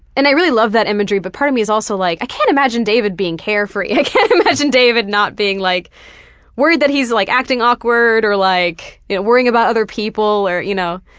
and i really love that imagery but part of me is also like i can't imagine david being carefree. i can't imagine david not being like worried that he's like acting awkward, or like you know worrying about other people, or. you know.